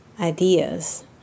ideas